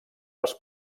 les